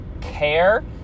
care